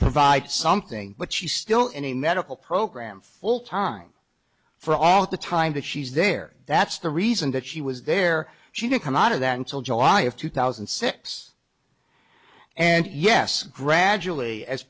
provide something but she's still in a medical program full time for all the time that she's there that's the reason that she was there she didn't come out of that until july of two thousand and six and yes gradually as